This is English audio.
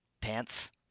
pants